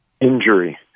Injury